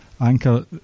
Anchor